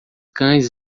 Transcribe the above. cães